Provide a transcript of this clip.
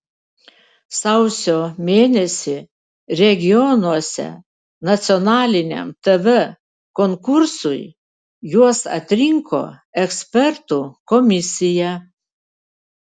sausio mėnesį regionuose nacionaliniam tv konkursui juos atrinko ekspertų komisija